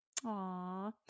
Aw